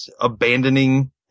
abandoning